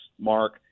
Mark